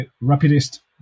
rapidest